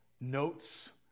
notes